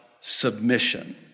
submission